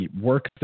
work